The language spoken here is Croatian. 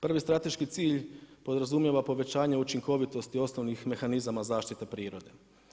Prvi strateški cilj podrazumijeva povećanje učinkovitosti osnovnih mehanizama zaštite prirode.